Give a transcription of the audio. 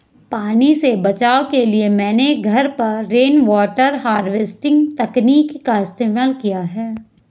पानी के बचाव के लिए मैंने घर पर रेनवाटर हार्वेस्टिंग तकनीक का इस्तेमाल किया है